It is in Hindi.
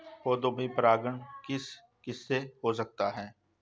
पौधों में परागण किस किससे हो सकता है?